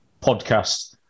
podcast